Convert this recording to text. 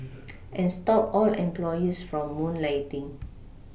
and stop all employees from moonlighting